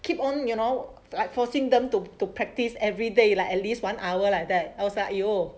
keep on you know like forcing them to to practice everyday like at least one hour like that I was like !aiyo!